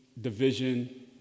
division